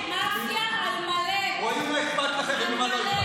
מאפיה על מלא, מאפיה על מלא,